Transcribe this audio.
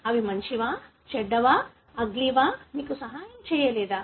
అవి మంచివా చెడ్డవా అగ్లీవా మీకు సహాయం చేయలేదా